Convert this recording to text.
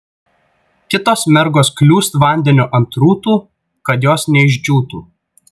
kitos mergos kliūst vandeniu ant rūtų kad jos neišdžiūtų